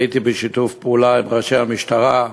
והייתי בשיתוף פעולה עם ראשי המשטרה,